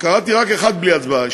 קראתי רק אחד בלי הצבעה.